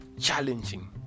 challenging